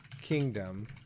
Kingdom